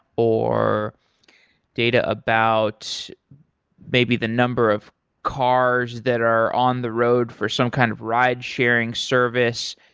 or data about maybe the number of cars that are on the road for some kind of ride-sharing service.